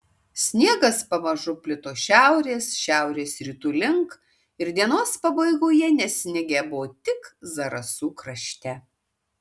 sniegas pamažu plito šiaurės šiaurės rytų link ir dienos pabaigoje nesnigę buvo tik zarasų krašte